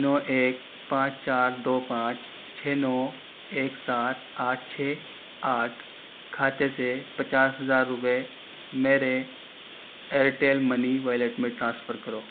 نو ایک پانچ چار دو پانچ چھ نو ایک سات آٹھ چھ آٹھ کھاتے سے پچاس ہزار روپئے میرے ایئرٹیل منی والیٹ میں ٹرانسفر کرو